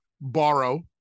borrow